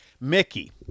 Mickey